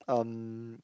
um